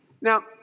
Now